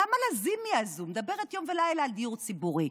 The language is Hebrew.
למה לזימי הזו מדברת יום ולילה על דיור ציבורי?